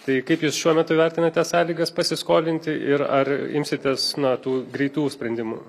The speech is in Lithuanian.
tai kaip jūs šiuo metu vertinate sąlygas pasiskolinti ir ar imsitės na tų greitų sprendimų